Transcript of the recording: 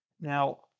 Now